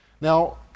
Now